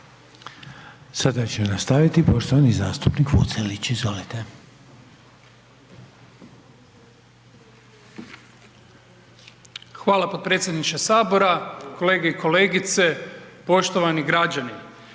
Sada će nastaviti poštovani zastupnik Vucelić. Izvolite. **Vucelić, Damjan (Živi zid)** Hvala podpredsjedniče Sabora, kolege i kolegice, poštovani građani.